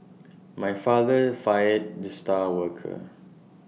my father fired the star worker